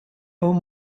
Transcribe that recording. owe